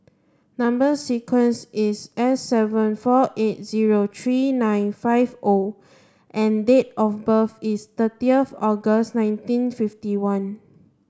number sequence is S seven four eight zero three nine five O and date of birth is thirtieth August nineteen fifty one